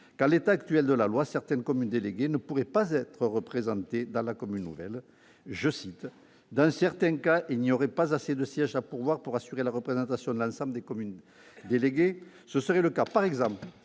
qu'en l'état actuel de la loi certaines communes déléguées ne pourraient pas être représentées dans la commune nouvelle :« Dans certains cas il n'y aurait pas assez de sièges à pourvoir pour assurer la représentation de l'ensemble des communes déléguées.